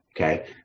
okay